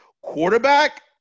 Quarterback